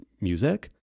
music